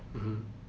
mmhmm